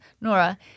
Nora